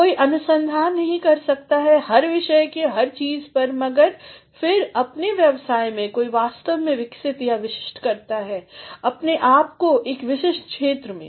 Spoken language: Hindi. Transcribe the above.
कोई अनुसंधान नहीं कर सकता है हर विषय पर हर चीज़ पर मगर फिर अपने व्यवसाय में कोई वास्तव में विकसित या विशिष्ट करता है अपने आप को एक विशिष्ट क्षेत्र में